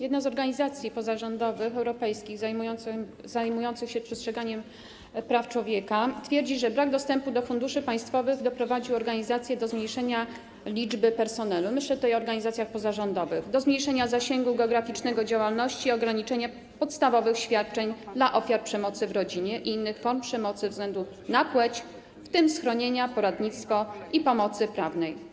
Jedna z europejskich organizacji pozarządowych zajmujących się przestrzeganiem praw człowieka twierdzi, że brak dostępu do funduszy państwowych doprowadził organizację do zmniejszenia liczby personelu - myślę tutaj o organizacjach pozarządowych - do zmniejszenia zasięgu geograficznego działalności, ograniczenia podstawowych świadczeń dla ofiar przemocy w rodzinie i innych form przemocy ze względu na płeć, w tym chodzi o schronienie, poradnictwo i pomoc prawną.